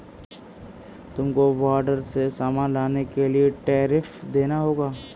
तुमको बॉर्डर से सामान लाने के लिए टैरिफ देना होगा